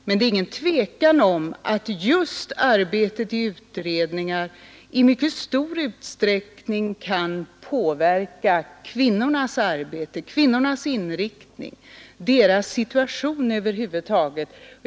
Men det är inget tvivel om att just arbetet i utredningar i mycket stor utsträckning kan påverka kvinnornas inriktning och deras situation över huvud taget.